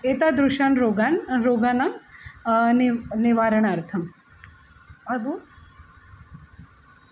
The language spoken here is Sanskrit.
एतादृशान् रोगान् रोगाणां निवारणार्थम् अदु